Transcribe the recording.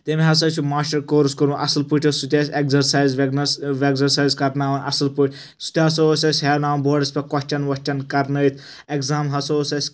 تٔمۍ ہَسا چھُ ماشٹر کورٕس کوٚرمُت اصل پٲٹھۍ اوس سُہ تہِ اسہِ ایگزرسایز ویگزرسایز کرناوان اصل پٲٹھۍ سُہ تہِ ہَسا اوس اسہِ ہیاناوان بوڈس پیٹھ کۄسچن وۄسچن کرنٲیِتھ ایگزام ہَسا اوس اسہِ